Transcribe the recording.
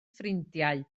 ffrindiau